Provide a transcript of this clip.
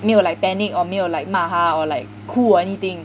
没有 like panic or 没有 like 骂他 or like 哭 or anything